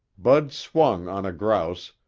bud swung on a grouse,